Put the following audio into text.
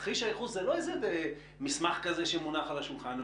תרחיש הייחוס זה לא איזה מסמך כזה שמונח על השולחן.